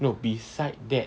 no beside that